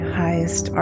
highest